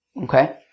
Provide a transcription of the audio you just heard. Okay